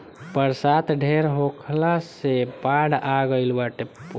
बरसात ढेर होखला से बाढ़ आ गइल बाटे